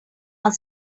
are